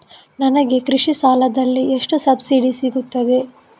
ನನಗೆ ಕೃಷಿ ಸಾಲದಲ್ಲಿ ಎಷ್ಟು ಸಬ್ಸಿಡಿ ಸೀಗುತ್ತದೆ?